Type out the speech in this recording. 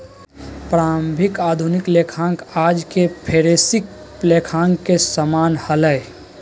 प्रारंभिक आधुनिक लेखांकन आज के फोरेंसिक लेखांकन के समान हलय